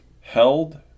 held